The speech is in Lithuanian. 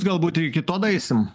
galbūt ir iki to daeisim